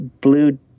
blue